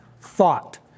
thought